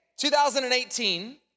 2018